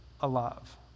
alive